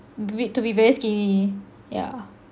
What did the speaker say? to be very skinny yeah